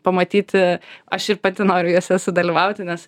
pamatyti aš ir pati noriu jose sudalyvauti nes